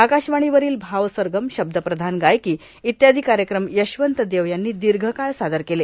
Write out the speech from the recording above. आकाशवाणीवरील भावसरगम शब्दप्रधान गायकी इत्यादी कार्यक्रम यशवंत देव यांनी दीर्घकाळ सादर केले